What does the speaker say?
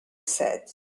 said